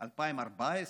2014,